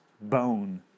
bone